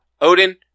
Odin